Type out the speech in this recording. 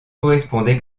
correspondent